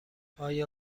آیا